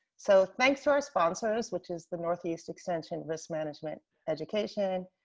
so thanks to our sponsors, which is the northeast extension risk management education, and